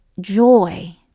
joy